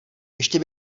ještě